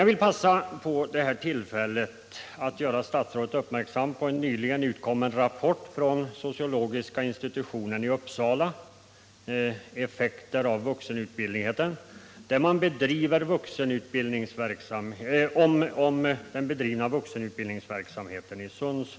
Jag vill passa på detta tillfälle att göra statsrådet uppmärksam på en nyligen utkommen rapport från sociologiska institutionen i Uppsala — Effekter av vuxenutbildningen. Rapporten gäller den i Sundsvall bedrivna vuxenutbildningsverksamheten.